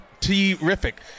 terrific